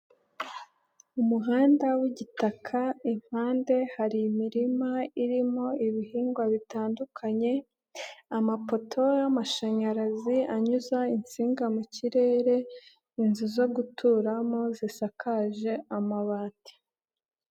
Umuhanda w'igitaka impande hari imirima irimo ibihingwa bitandukanye, amapoto y'amashanyarazi anyuza insinga mu kirere, inzu zo guturamo zisakaje amabati.